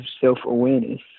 self-awareness